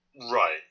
Right